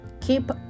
keep